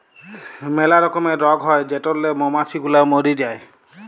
ম্যালা রকমের রগ হ্যয় যেটরলে মমাছি গুলা ম্যরে যায়